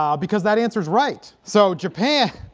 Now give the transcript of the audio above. um because that answer is right so japan